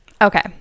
Okay